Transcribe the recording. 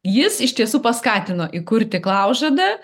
jis iš tiesų paskatino įkurti klaužadą